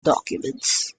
documents